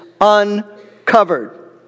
uncovered